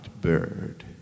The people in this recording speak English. bird